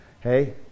Hey